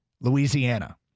Louisiana